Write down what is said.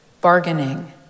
bargaining